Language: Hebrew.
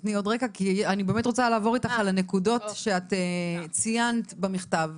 תני עוד רקע כי אני רוצה לעבור איתך על הנקודות שציינת במכתב.